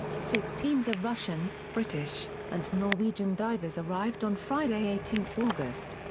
six teams of russian, british, and norwegian divers arrived on friday, eighteen august.